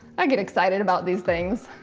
i get excited about these things.